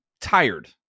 tired